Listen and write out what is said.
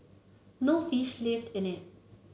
no fish lived in it